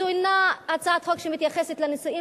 זו אינה הצעת חוק שמתייחסת לנישואים,